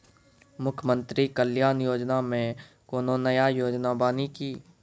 मुख्यमंत्री कल्याण योजना मे कोनो नया योजना बानी की?